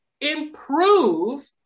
improve